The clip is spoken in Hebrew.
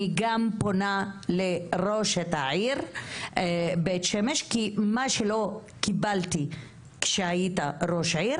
אני גם פונה לראשת העיר בית שמש כי מה שלא קיבלתי כשהיית ראש עיר,